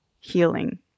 healing